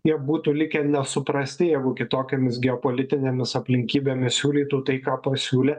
jie būtų likę nesuprasti jeigu kitokiomis geopolitinėmis aplinkybėmis siūlytų tai ką pasiūlė